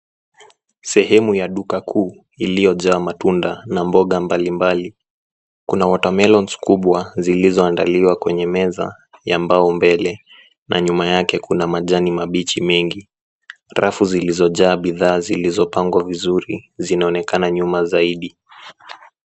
Sehemu ya duka kuu iliojaa matunda na mboga mbali mbali, kuna watermelons kubwa zilizoandaliwa kwenye meza ya mbao mbele, na nyuma yake kuna majani mabichi mengi, rafu zilizojaa bidhaa zilizopangwa vizuri zinaonekana nyuma zaidi.